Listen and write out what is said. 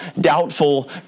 doubtful